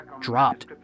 dropped